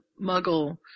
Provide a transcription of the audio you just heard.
muggle